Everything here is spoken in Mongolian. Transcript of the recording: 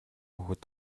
хүүхэд